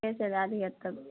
ठीके छै दए दिहथि तब